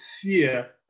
fear